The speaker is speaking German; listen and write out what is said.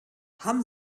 haben